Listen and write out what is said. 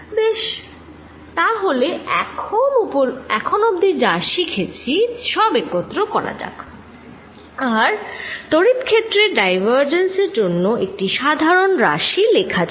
বেশ তা হলে এখন অব্ধি যা শিখেছি সব একত্র করা যাক আর তড়িৎ ক্ষেত্রের ডাইভারজেন্স এর জন্য একটি সাধারন রাশি লেখা যাক